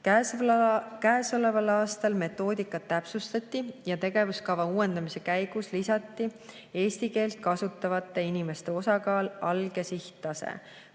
Käesoleval aastal metoodikat täpsustati ja tegevuskava uuendamise käigus lisati eesti keelt kasutavate inimeste osakaal, selle